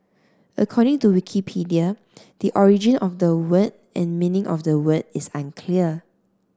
according to Wikipedia the origin of the word and meaning of the word is unclear